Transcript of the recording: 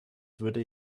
würde